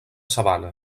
sabana